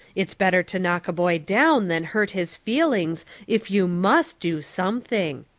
it's better to knock a boy down than hurt his feelings if you must do something.